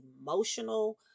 emotional